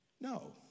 No